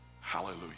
Hallelujah